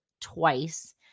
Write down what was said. twice